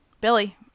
Billy